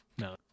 No